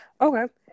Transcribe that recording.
Okay